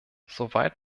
soweit